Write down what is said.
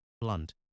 blunt